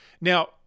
Now